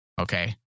okay